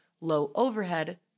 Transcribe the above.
low-overhead